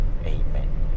Amen